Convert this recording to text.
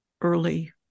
early